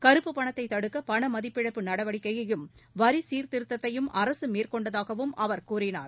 கறுப்புப் பணத்தை தடுக்க பண மதிப்பிழப்பு நடவடிக்கையையும் வரி சீர்திருத்தத்தையும் அரசு மேற்கொண்டதாகவும் அவர் கூறினார்